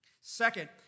Second